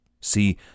See